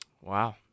Wow